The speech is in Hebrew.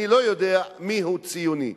אני לא יודע מיהו ציוני.